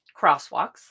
crosswalks